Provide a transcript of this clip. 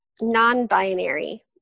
non-binary